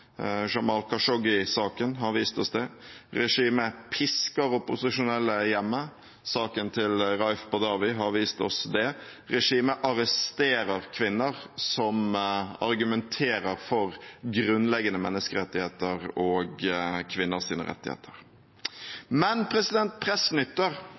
Jamal Khashoggi-saken har vist oss det. Regimet pisker opposisjonelle hjemme. Saken til Raif Badawi har vist oss det. Regimet arresterer kvinner som argumenterer for grunnleggende menneskerettigheter og kvinners rettigheter. Men press nytter,